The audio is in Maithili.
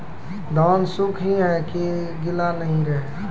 धान सुख ही है की गीला नहीं रहे?